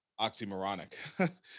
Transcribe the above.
oxymoronic